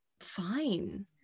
fine